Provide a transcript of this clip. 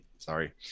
sorry